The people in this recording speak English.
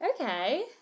Okay